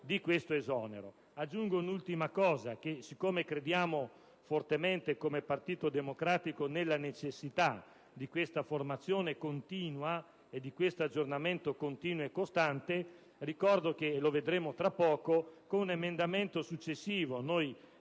di questo esonero. Un'ultima considerazione: siccome crediamo fortemente come Partito Democratico nella necessità di questa formazione e di questo aggiornamento continuo e costante, ricordo che - lo vedremo tra poco - con un emendamento successivo noi